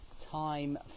Time